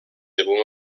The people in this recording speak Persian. بوم